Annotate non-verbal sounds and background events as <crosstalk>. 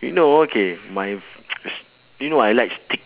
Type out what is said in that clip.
you know okay my f~ <noise> s~ you know I like steak